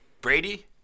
Brady